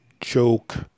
joke